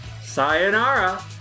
Sayonara